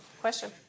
question